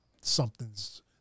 something's